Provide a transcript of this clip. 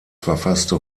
verfasste